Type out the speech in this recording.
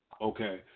Okay